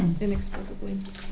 Inexplicably